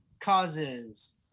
causes